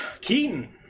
Keaton